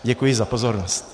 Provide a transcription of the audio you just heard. Děkuji za pozornost.